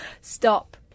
Stop